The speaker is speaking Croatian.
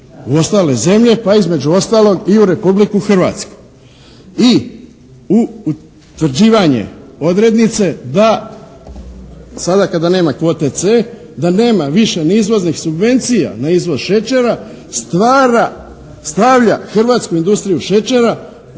u ostale zemlje, pa između ostalog i u Republiku Hrvatsku. I utvrđivanje odrednice da sada kada nema kvote “C“ da nema više ni izvoznih subvencija na izvoz šećera stavlja hrvatsku industriju šećera u jako